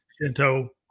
Shinto